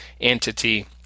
entity